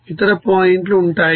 ఇతర పాయింట్లు ఉంటాయి